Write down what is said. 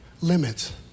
limits